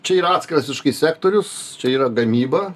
čia yra atskiras sektorius čia yra gamyba